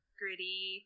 gritty